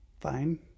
fine